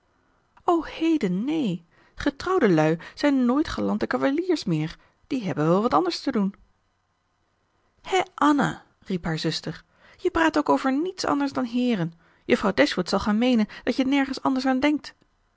o heden neen getrouwde lui zijn nooit galante cavaliers meer die hebben wel wat anders te doen hè anne riep haar zuster jij praat ook over niets anders dan heeren juffrouw dashwood zal gaan meenen dat je nergens anders aan denkt